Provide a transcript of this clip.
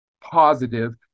positive